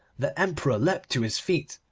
the emperor leapt to his feet,